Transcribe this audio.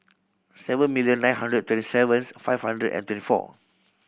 seven million nine hundred twenty seventh five hundred and twenty four